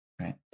right